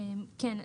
כן,